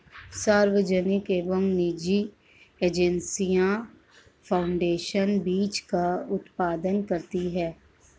सार्वजनिक एवं निजी एजेंसियां फाउंडेशन बीज का उत्पादन करती है